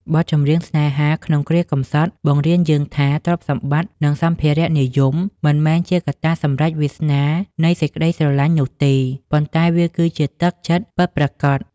បទចម្រៀង "ស្នេហាក្នុងគ្រាកម្សត់" បង្រៀនយើងថា ទ្រព្យសម្បត្តិ និងសម្ភារៈនិយម មិនមែនជាកត្តាសម្រេចវាសនានៃសេចក្តីស្រឡាញ់នោះទេ ប៉ុន្តែវាគឺជាទឹកចិត្តពិតប្រាកដ។